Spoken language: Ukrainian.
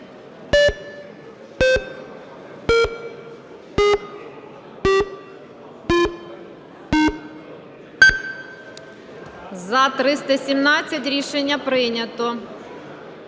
За-310 Рішення прийнято.